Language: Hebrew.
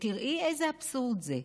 ותראי איזה אבסורד זה,